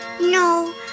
No